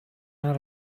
out